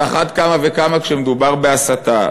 על אחת כמה וכמה כשמדובר בהסתה.